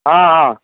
ହଁ ହଁ